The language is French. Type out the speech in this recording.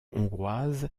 hongroise